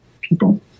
people